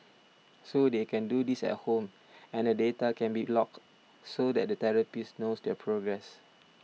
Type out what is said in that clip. so they can do this at home and the data can be logged so that the therapist knows their progress